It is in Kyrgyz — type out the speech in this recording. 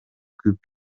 күйүп